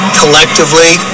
collectively